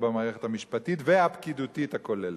או במערכת המשפטית והפקידותית הכוללת.